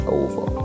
over